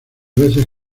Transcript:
veces